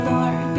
Lord